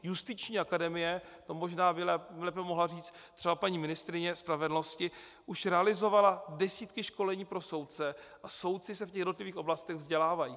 Justiční akademie, to by možná lépe mohla říct třeba paní ministryně spravedlnosti, už realizovala desítky školení pro soudce a soudci se v jednotlivých oblastech vzdělávají.